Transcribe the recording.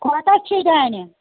کوتاہ چھُے دانہِ